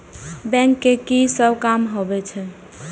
Bank के की सब काम होवे छे?